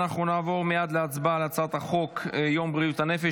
אנחנו נעבור מייד להצבעה על הצעת החוק יום בריאות הנפש,